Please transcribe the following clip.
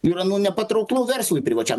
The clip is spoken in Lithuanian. yra nu nepatrauklu verslui privačiam